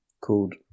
called